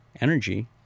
energy